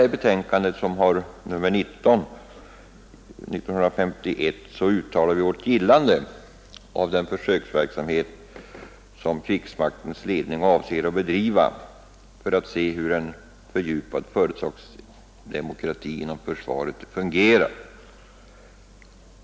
I betänkandet nr 19 1971 uttalade vi vårt gillande av den försöksverksamhet som krigsmaktens ledning avsåg att bedriva för att utröna hur en fördjupad företagsdemokrati inom försvaret fungerar.